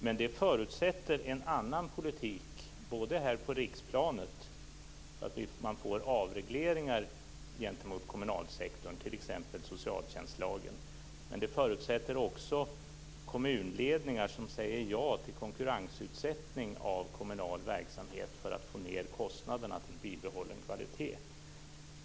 Men det förutsätter en annan politik här på riksplanet så att man får avregleringar av kommunalsektorn, t.ex. i fråga om socialtjänstlagen. Men det förutsätter också kommunledningar som säger ja till konkurrensutsättning av kommunal verksamhet för att få ned kostnaderna med bibehållen kvalitet.